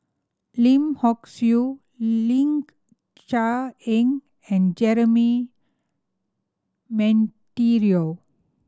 Lim Hock Siew Ling Cher Eng and Jeremy Monteiro